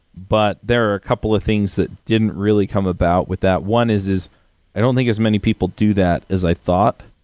but there are a couple of things that didn't really come about with that. one is, is i don't think as many people do that as i thought.